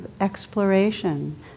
exploration